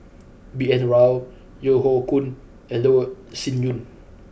B N Rao Yeo Hoe Koon and Loh Sin Yun